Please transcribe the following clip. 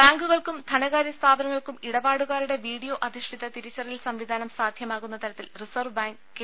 ബാങ്കുകൾക്കും ധനകാര്യ സ്ഥാപനങ്ങൾക്കും ഇടപാടുകാരുടെ വീഡിയോ അധിഷ്ഠിത തിരിച്ചറിയൽ സംവിധാനം സാധ്യമാകുന്ന തരത്തിൽ റിസർവ് ബാങ്ക് കെ